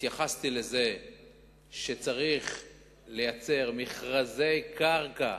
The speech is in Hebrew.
התייחסתי לזה שצריך לייצר מכרזי קרקע